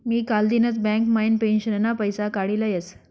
मी कालदिनच बँक म्हाइन पेंशनना पैसा काडी लयस